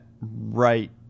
right